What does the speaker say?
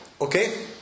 Okay